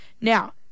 Now